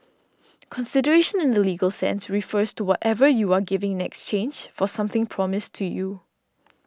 consideration in the legal sense refers to whatever you are giving exchange for something promised to you